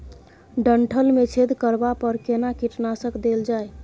डंठल मे छेद करबा पर केना कीटनासक देल जाय?